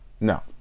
No